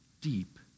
deep